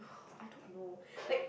oh I don't know like